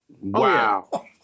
Wow